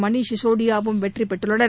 மணிஷ் சிஷோடியாவும் வெற்றி பெற்றுள்ளனர்